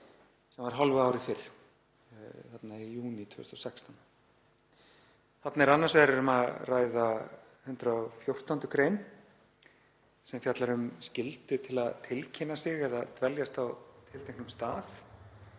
það var hálfu ári fyrr, í júní 2016. Þarna er annars vegar um að ræða 114. gr., sem fjallar um skyldu til að tilkynna sig eða dveljast á tilteknum stað,